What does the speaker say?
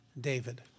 David